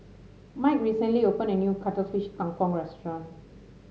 Mike recently opened a new Cuttlefish Kang Kong restaurant